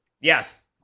Yes